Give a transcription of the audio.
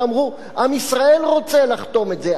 שאמרו: עם ישראל רוצה לחתום את זה.